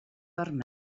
per